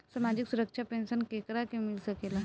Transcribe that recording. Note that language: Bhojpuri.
सामाजिक सुरक्षा पेंसन केकरा के मिल सकेला?